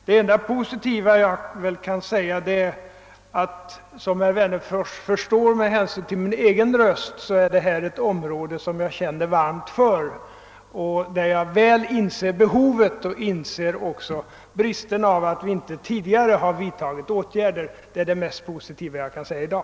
Det enda positiva jag kan säga är — som herr "Wennerfors förstår med hänsyn till min egen röst — att detta är ett område som jag känner varmt för och där jag väl inser behovet och bristerna. Det är det mest positiva jag kan säga i dag.